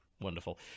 wonderful